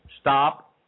stop